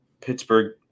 Pittsburgh